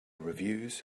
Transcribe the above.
reviews